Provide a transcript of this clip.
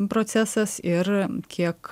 procesas ir kiek